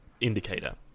indicator